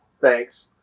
Thanks